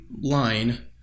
line